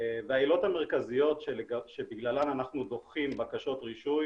העילות המרכזיות שבגללן אנחנו דוחים בקשות רישוי